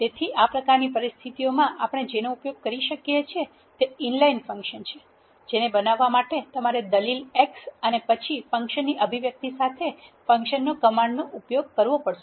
તેથી આ પ્રકારની પરિસ્થિતિઓમાં આપણે જેનો ઉપયોગ કરી શકીએ છીએ તે ઇનલાઇન ફંક્શન છે જેને બનાવવા માટે તમારે દલીલ x અને પછી ફંક્શનની અભિવ્યક્તિ સાથે ફંક્શન કમાન્ડનો ઉપયોગ કરવો પડશે